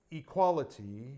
equality